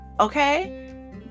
Okay